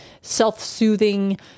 self-soothing